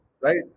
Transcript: Right